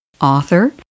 author